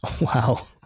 Wow